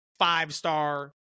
five-star